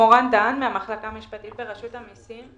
מורן דהן מהמחלקה המשפטית ברשות המיסים.